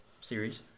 series